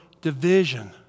division